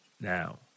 now